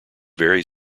very